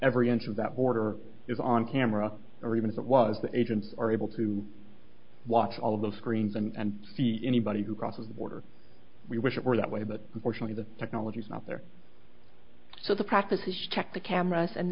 every inch of that border is on camera or even if it was the agents are able to watch all of those screens and anybody who crosses the border we wish it were that way but unfortunately the technology is not there so the practice is check the cameras and